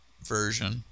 version